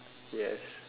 yes